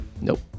Nope